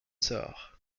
sort